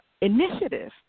initiative